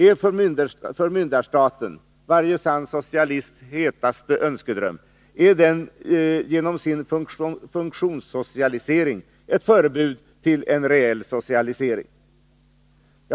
Är förmyndarstaten, varje sann socialists hetaste önskedröm, genom sin funktionssocialisering ett förebud till en reell socialisering?